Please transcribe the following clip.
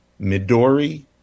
Midori